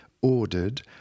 ordered